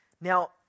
Now